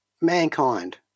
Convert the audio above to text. Mankind